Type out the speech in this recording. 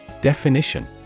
Definition